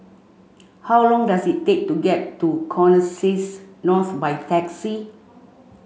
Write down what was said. how long does it take to get to Connexis North by taxi